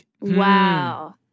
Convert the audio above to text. Wow